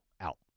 out